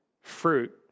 fruit